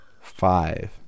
Five